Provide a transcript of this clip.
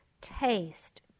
taste